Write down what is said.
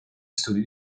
studi